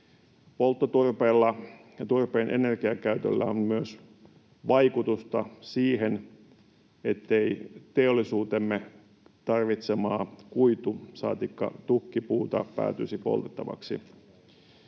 Polttoturpeella ja turpeen energiakäytöllä on myös vaikutusta siihen, ettei teollisuutemme tarvitsemaa kuitu‑, saatikka tukkipuuta päätyisi poltettavaksi.